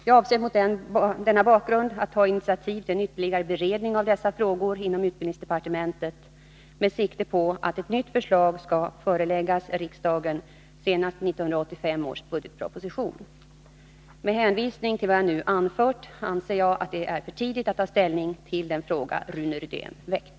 Jag avser mot denna bakgrund att ta initiativ till en ytterligare beredning av dessa frågor inom utbildningsdepartementet med sikte på att ett nytt förslag skall föreläggas riksdagen senast i 1985 års budgetproposition. Med hänvisning till vad jag nu anfört anser jag att det är för tidigt att ta ställning till den fråga Rune Rydén väckt.